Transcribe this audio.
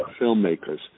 filmmakers